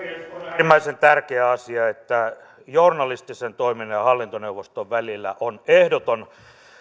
äärimmäisen tärkeä asia että journalistisen toiminnan ja hallintoneuvoston välillä on ehdoton